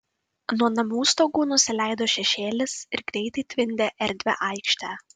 nuo namų stogų nusileido šešėlis ir greitai tvindė erdvią aikštę